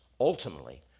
Ultimately